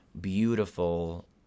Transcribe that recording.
beautiful